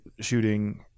shooting